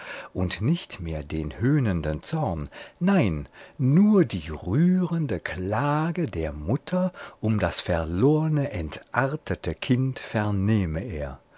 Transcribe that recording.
und nicht mehr den höhnenden zorn nein nur die rührende klage der mutter um das verlorne entartete kind vernehme er